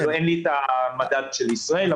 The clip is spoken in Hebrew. אין לי את המדד של ישראל,